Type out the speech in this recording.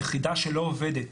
יחידה שלא עובדת,